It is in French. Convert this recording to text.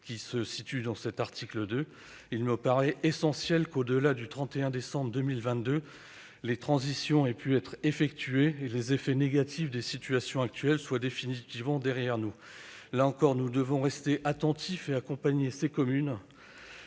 détaillées à l'article 2. Il me paraît essentiel qu'au-delà du 31 décembre 2022 les transitions aient pu être effectuées et que les effets négatifs des situations actuelles soient définitivement derrière nous. Là encore, nous devons rester attentifs et accompagner ces communes.